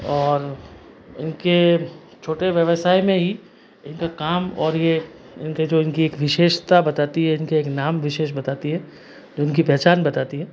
और इनके छोटे व्यवसाय में ही इनका काम और ये इनके जो इनके ये एक विशेषता बताती है इनके एक नाम विशेष बताती है उनकी पहचान बताती है